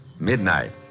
midnight